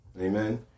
Amen